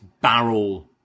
barrel